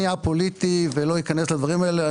אני א-פוליטי ולא אכנס לדברים האלה.